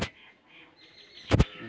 सब किसानेर केते लोन मिलोहो होबे?